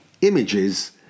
images